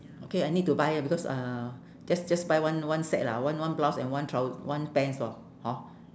okay I need to buy eh because uh just just buy one one set lah one one blouse and one trou~ one pants lor hor